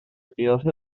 قیافه